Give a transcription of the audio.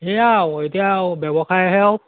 এয়া আৰু এতিয়া আৰু ব্যৱসায়হে আৰু